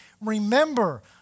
Remember